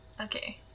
Okay